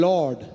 Lord